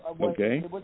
Okay